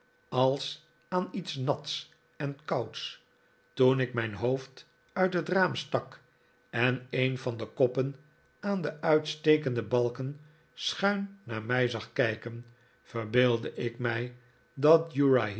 als aan iets nats en kouds toen ik mijn hoofd uit het raam stak en een van de koppen aan de uitstekende balken schuin naar mij zag kijken verbeeldde ik mij dat